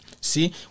See